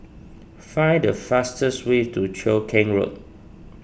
find the fastest way to Cheow Keng Road